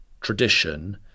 tradition